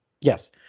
Yes